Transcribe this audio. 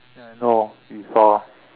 ya I know we saw